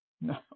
No